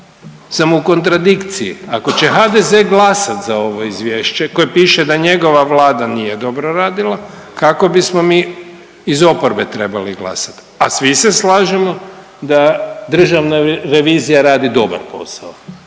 sam u kontradikciji. Ako će HDZ glasati za ovo izvješće koje piše da njegova Vlada nije dobro radila kako bismo mi iz oporbe trebali glasati, a svi se slažemo da Državna revizija radi dobar posao.